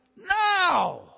now